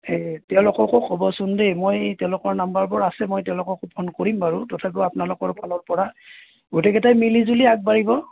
তেওঁলোককো ক'বচোন দেই মই তেওঁলোকৰ নাম্বাৰবোৰ আছে মই তেওঁলোকক ফোন কৰিম বাৰু তথাপিও আপোনালোকৰ ফালৰপৰা গোটেকেইটাই মিলিজুলি আগবাঢ়িব